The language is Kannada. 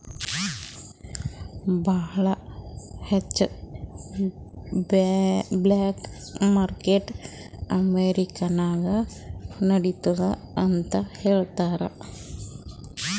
ಭಾಳ ಹೆಚ್ಚ ಬ್ಲ್ಯಾಕ್ ಮಾರ್ಕೆಟ್ ಅಮೆರಿಕಾ ನಾಗ್ ನಡಿತ್ತುದ್ ಅಂತ್ ಹೇಳ್ತಾರ್